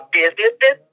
businesses